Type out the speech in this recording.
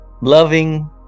loving